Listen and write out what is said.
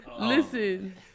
listen